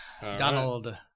Donald